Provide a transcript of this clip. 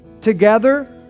together